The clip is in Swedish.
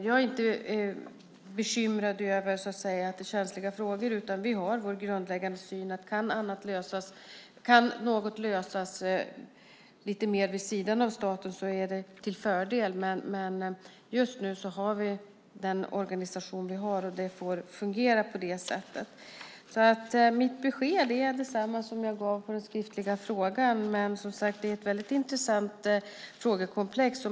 Jag är inte bekymrad över att det är känsliga frågor, utan vi har vår grundläggande syn. Kan något lösas lite mer vid sidan av staten är det till fördel, men just nu har vi den organisation vi har, och det får fungera på det sättet. Mitt besked är detsamma som jag gav som svar på den skriftliga frågan. Men, som sagt, det är ett väldigt intressant frågekomplex.